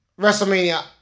WrestleMania